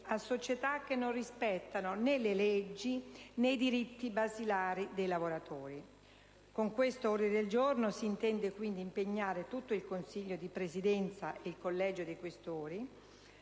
a società che non rispettano né le leggi, né i diritti basilari dei lavoratori. Con questo ordine del giorno, si intende impegnare quindi il Consiglio di Presidenza ed il Collegio dei senatori